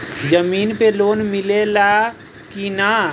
जमीन पे लोन मिले ला की ना?